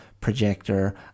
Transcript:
projector